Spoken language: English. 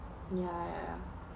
ya ya ya